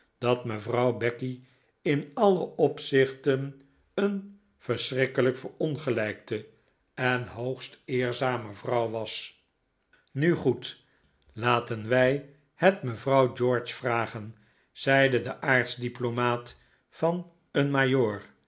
dat mevrouw becky in alle opzichten een verschrikkelijk verongelijkte en hoogst eerzame vrouw was nu goed laten wij het mevrouw george vragen zeide die aartsdiplomaat van een